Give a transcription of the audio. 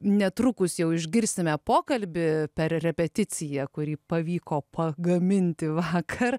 netrukus jau išgirsime pokalbį per repeticiją kurį pavyko pagaminti vakar